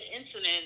incident